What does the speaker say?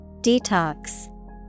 Detox